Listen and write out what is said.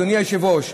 אדוני היושב-ראש.